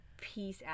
Peace